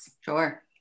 sure